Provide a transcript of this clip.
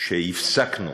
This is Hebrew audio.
שהפסקנו